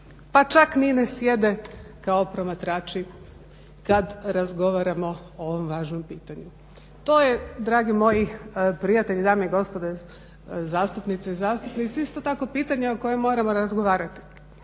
pa ča ni ne sjede kao promatrači kada razgovaramo o ovom važnom pitanju. To je dragi moji prijatelj, dame i gospodo zastupnice i zastupnici, isto tako pitanje o kojem moramo razgovarati.